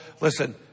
Listen